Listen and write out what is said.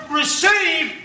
receive